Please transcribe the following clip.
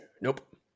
Nope